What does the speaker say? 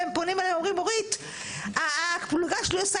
והם פונים אליי ואומרים לי שהפלוגה שלהם עושה